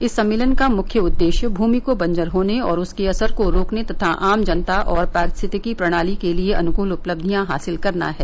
इस सम्मेलन का मुख्य उद्देश्य भूमि को बंजर होने और उसके असर को रोकने तथा आम जनता और पारस्थितिकी प्रणाली के लिए अनुकूल उपलब्धियां हासिल करना है